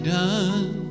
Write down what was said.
done